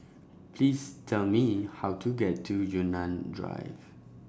Please Tell Me How to get to Yunnan Drive